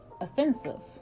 offensive